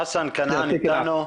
חסן כנעאן איתנו?